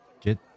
get